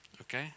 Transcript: okay